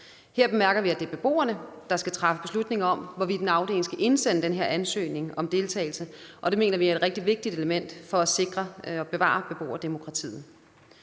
Her bemærker vi, at det er beboerne, der skal træffe beslutning om, hvorvidt en afdeling skal indsende den her ansøgning om deltagelse, og det mener vi er et rigtig vigtigt element for at sikre og bevare beboerdemokratiet.